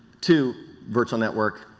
two virtual network.